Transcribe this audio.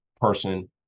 person